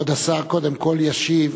כבוד השר קודם כול ישיב,